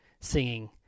singing